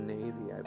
Navy